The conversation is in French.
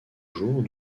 jours